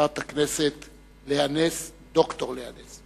חברת הכנסת ד"ר לאה נס.